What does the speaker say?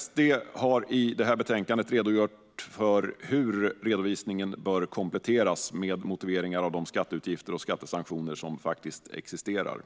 SD har i betänkandet redogjort för hur redovisningen bör kompletteras med motiveringar av de skatteutgifter och skattesanktioner som faktiskt existerar.